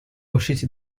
usciti